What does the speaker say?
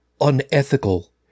unethical